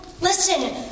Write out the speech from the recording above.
Listen